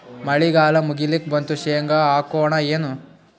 ಮಳಿಗಾಲ ಮುಗಿಲಿಕ್ ಬಂತು, ಶೇಂಗಾ ಹಾಕೋಣ ಏನು?